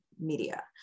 media